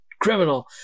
criminal